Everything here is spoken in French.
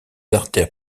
artères